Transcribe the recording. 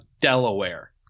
Delaware